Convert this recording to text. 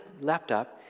laptop